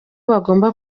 bagomba